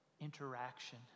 interaction